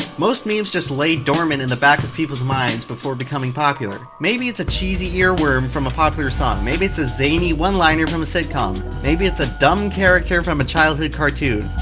most memes just lay dormant in the back of people's minds, before becoming popular. maybe it's a cheesy earworm from a popular song. maybe it's a zany one-liner from a sitcom. maybe it's a dumb character from a childhood cartoon.